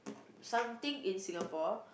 something in Singapore